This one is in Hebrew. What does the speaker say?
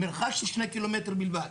מרחק של 2 ק"מ בלבד.